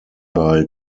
bei